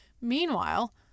Meanwhile